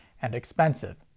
and expensive.